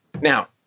Now